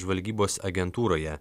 žvalgybos agentūroje